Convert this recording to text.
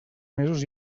mesos